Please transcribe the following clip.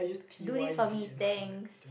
do this for me thanks